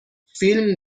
فیلم